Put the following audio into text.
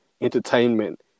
entertainment